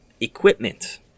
Equipment